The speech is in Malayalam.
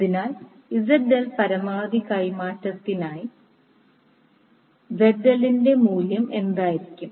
അതിനാൽ ZL പരമാവധി കൈമാറ്റത്തിനായി ZL ന്റെ മൂല്യം എന്തായിരിക്കും